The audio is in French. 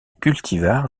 cultivar